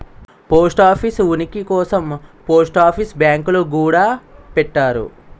post office ఉనికి కోసం post office బ్యాంకులు గూడా పెట్టారు